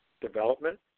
development